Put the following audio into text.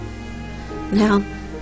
Now